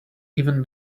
even